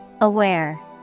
Aware